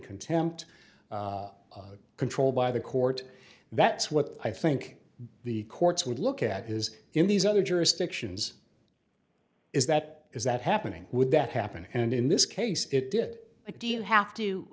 contempt controlled by the court that's what i think the courts would look at is in these other jurisdictions is that is that happening would that happen and in this case it did but do you have to